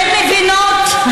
אתן מבינות?